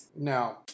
no